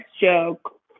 joke